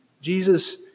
Jesus